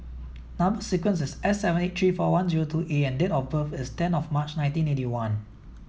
number sequence is S seven eight three four one zero two A and date of birth is ten of March nineteen eighty one